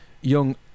young